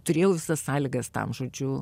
turėjau visas sąlygas tam žodžiu